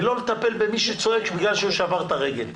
ולא לטפל במי שצועק בגלל שהוא שבר את הרגל.